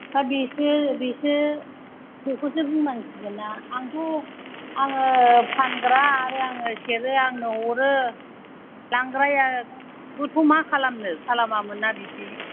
हा बेसो बेसो बेखौसो बुंनांसिगोन दा आंथ' आङो फानग्रा आरो आङो सेरो आंनो हरो लांग्रायाबोथ' मा खालामनो खालामामोन ना बिदि